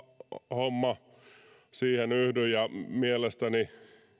homma siihen yhdyn ja mielestäni